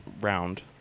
round